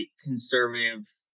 conservative